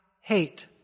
hate